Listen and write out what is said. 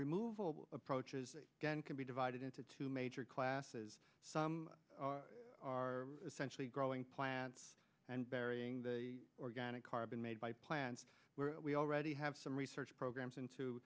removal approaches again can be divided into two major classes some are essentially growing plants and burying the organic carbon made by plants we already have some research programs into